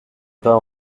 pas